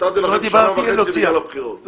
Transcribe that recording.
נתתי לכם שנה וחצי בגלל הבחירות.